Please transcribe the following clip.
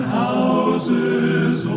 houses